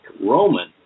Roman